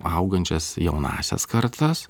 augančias jaunąsias kartas